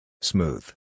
Smooth